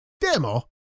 Demo